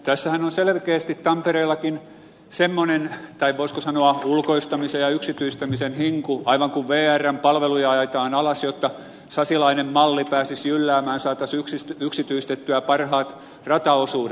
tässähän on selkeästi tampereellakin semmoinen voisiko sanoa ulkoistamisen ja yksityistämisen hinku aivan kuin vrn palveluja ajetaan alas jotta sasilainen malli pääsisi jylläämään saataisiin yksityistettyä parhaat rataosuudet